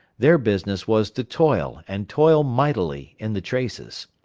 their business was to toil, and toil mightily, in the traces.